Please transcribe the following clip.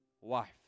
wife